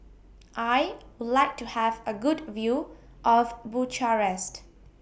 I Would like to Have A Good View of Bucharest